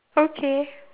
okay